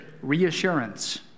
reassurance